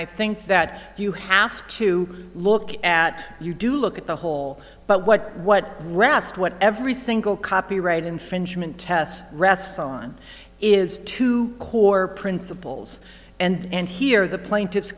i think that you have to look at you do look at the whole but what what rast what every single copyright infringement test rests on is two core principles and here the plaintiff